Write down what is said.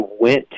went